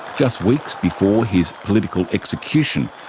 just weeks before his political execution,